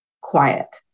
quiet